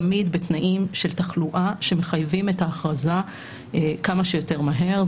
תמיד בתנאים של תחלואה שמחייבים את ההכרזה כמה שיותר מהר.